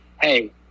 hey